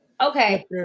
Okay